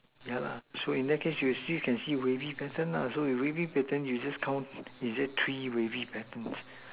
yeah lah so in that case you see you can see wavy pattern so wavy pattern you just count three wavy pattern